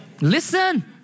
Listen